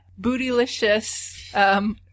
bootylicious